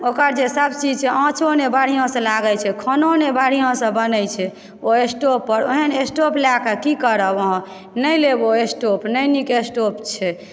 ओकर जे सब चीज छै आँचो नहि बढ़िऑंसे लागै छै खनो नहि बढ़िऑंसे बनै छै ओ स्टोप पर ओहन स्टोप लऽ कऽ की करब अहाँ नहि लेब ओ स्टोप नहि नीक स्टोप छै